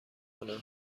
کنم